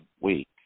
week